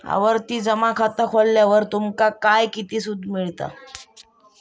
आवर्ती जमा खाता खोलल्यावर तुमका काय किती सूट मिळता?